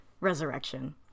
resurrection